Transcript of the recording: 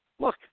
look